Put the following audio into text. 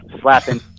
slapping